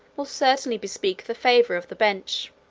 will certainly bespeak the favour of the bench.